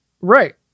right